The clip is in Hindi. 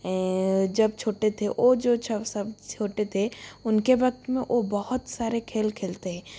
जब छोटे थे ओ जो सब छोटे थे उनके वक्त में वो बहुत सारे खेल खेलते हैं